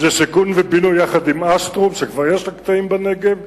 "שיכון ובינוי" עם "אשטרום" שכבר יש לה קטעים בנגב,